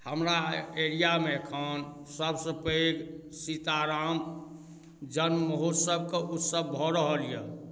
हमरा एरियामे एखन सभसँ पैघ सीताराम जन्म महोत्सवके उत्सव भऽ रहल यए